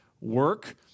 work